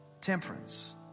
temperance